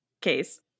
case